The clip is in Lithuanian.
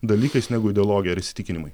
dalykais negu ideologija ar įsitikinimai